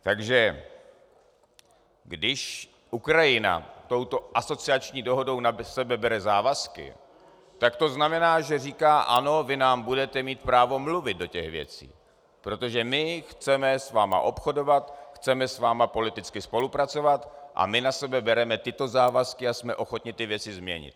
Takže když Ukrajina touto asociační dohodou na sebe bere závazky, tak to znamená, že říká ano, vy nám budete mít právo mluvit do těch věcí, protože my s vámi chceme obchodovat, chceme s vámi politicky spolupracovat a my na sebe bereme tyto závazky a jsme ochotni ty věci změnit.